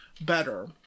better